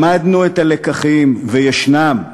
למדנו את הלקחים, וישנם.